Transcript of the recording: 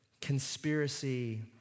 conspiracy